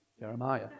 Jeremiah